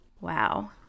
Wow